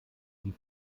sie